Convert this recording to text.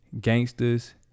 Gangsters